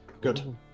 Good